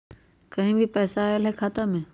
कहीं से पैसा आएल हैं खाता में?